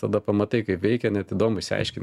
tada pamatai kaip veikia net įdomu išsiaiškint